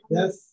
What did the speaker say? Yes